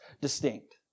distinct